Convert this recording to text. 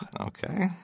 Okay